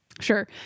sure